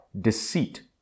deceit